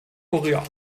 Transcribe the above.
kurier